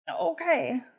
Okay